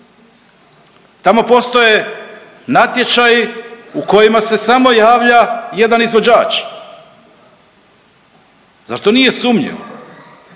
Tamo postoje natječaji u kojima se samo javlja jedna izvođač. Zar to nije sumnjivo?